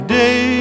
day